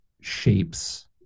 shapes